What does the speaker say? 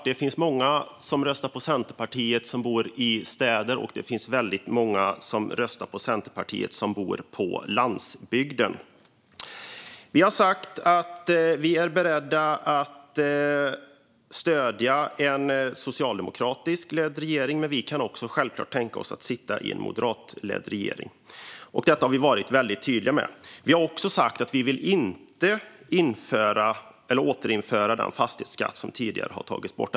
Det finns många som röstar på Centerpartiet och som bor i städer, och det finns väldigt många som röstar på Centerpartiet och som bor på landsbygden. Vi har sagt att vi är beredda att stödja en socialdemokratiskt ledd regering. Men vi kan självklart också tänka oss att sitta i en moderatledd regering. Detta har vi varit väldigt tydliga med. Vi har också sagt att vi inte vill återinföra den fastighetsskatt som tidigare har tagits bort.